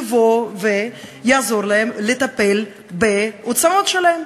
יבוא ויעזור להם לטפל בהוצאות שלהם.